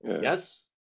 Yes